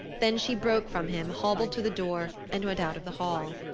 then she broke from him, hobbled to the door and went out of the hall.